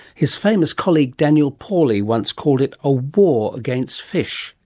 his famous colleague daniel pauly once called it a war against fish.